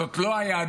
זאת לא היהדות